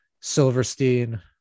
Silverstein